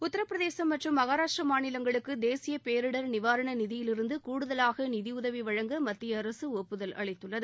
உத்தரபிரதேசம் மற்றும் மகாராஷ்டிரா மாநிலங்களுக்கு தே்சிய பேரிடர் நிவாரண நிதியிலிருந்து கூடுதலாக நிதியுதவி வழங்க மத்திய அரசு ஒப்புதல் அளித்துள்ளது